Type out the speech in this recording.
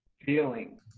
feeling